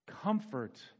comfort